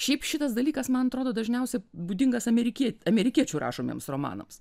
šiaip šitas dalykas man atrodo dažniausiai būdingas amerikiet amerikiečių rašomiems romanams